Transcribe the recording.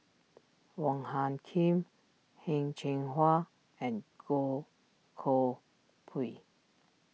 Wong Hung Khim Heng Cheng Hwa and Goh Koh Pui